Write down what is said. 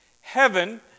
Heaven